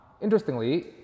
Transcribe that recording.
Interestingly